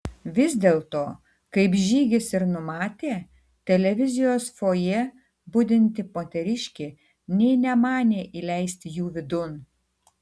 vis dėlto kaip žygis ir numatė televizijos fojė budinti moteriškė nė nemanė įleisti jų vidun